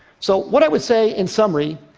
so what i would say, in summary,